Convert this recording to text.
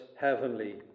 heavenly